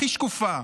הכי שקופה,